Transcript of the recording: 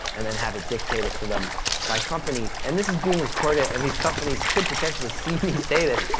and then have it dictated to them by companies. and this is being recorded, and these companies could potentially see me say this,